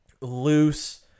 loose